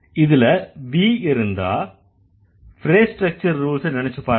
இதுல V இருந்தா phrase structure rules நினைச்சுப்பாருங்க